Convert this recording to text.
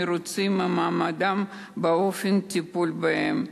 מרוצים ממעמדם ומאופן הטיפול בהם.